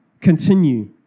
continue